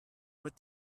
what